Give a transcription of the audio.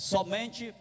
Somente